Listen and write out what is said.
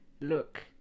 look